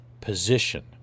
position